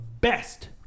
best